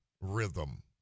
rhythm